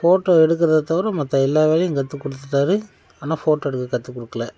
photo எடுக்கிறத தவிர மற்ற எல்லா வேலையும் கற்று கொடுத்துட்டாரு ஆனால் ஃபோட்டோ எடுக்க கற்று கொடுக்கல